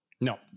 No